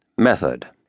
Method